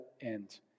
end